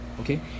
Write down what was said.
okay